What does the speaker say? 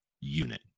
unit